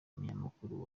umunyamakuru